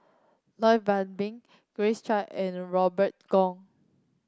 Lloyd Valberg Grace Chia and Robert Goh